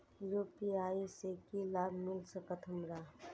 UPI से की लाभ मिल सकत हमरा?